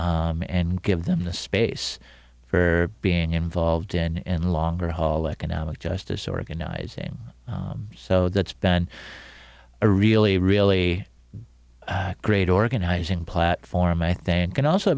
and give them the space for being involved in the longer haul economic justice organizing so that's been a really really great organizing platform i think and also